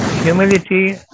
humility